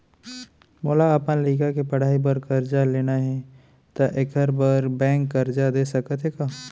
मोला अपन लइका के पढ़ई बर करजा लेना हे, त एखर बार बैंक करजा दे सकत हे का?